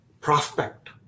prospect